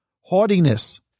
Haughtiness